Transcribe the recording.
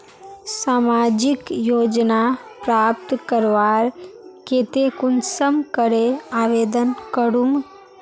सामाजिक योजना प्राप्त करवार केते कुंसम करे आवेदन करूम?